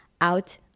out